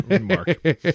mark